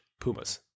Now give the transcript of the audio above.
pumas